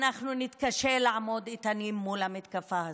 אנחנו נתקשה לעמוד איתנים מול המתקפה הזו.